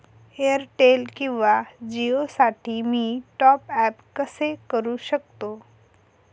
Airtel किंवा जिओसाठी मी टॉप ॲप कसे करु शकतो?